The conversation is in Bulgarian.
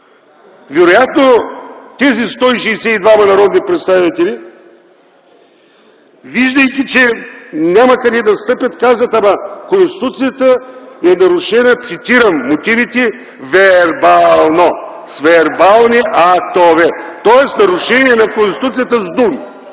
Вероятно тези 162 народни представители, виждайки, че няма къде да стъпят, казват: „Ама, Конституцията е нарушена” - цитирам мотивите, „вер-бал-но, с вербални ак-то-ве”, тоест нарушение на Конституцията с думи.